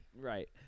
Right